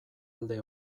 alde